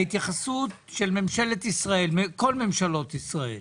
ההתייחסות של כל ממשלות ישראל